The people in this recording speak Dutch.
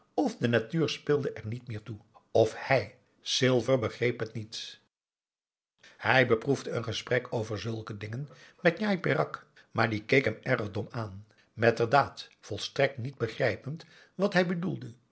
f de natuur speelde er niet meer mee f hij ilver begreep het niet hij beproefde een gesprek over zulke dingen met njai peraq maar die keek hem erg dom aan metterdaad volstrekt niet begrijpend wat hij bedoelde